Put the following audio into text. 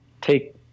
take